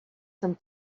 some